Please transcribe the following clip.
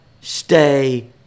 stay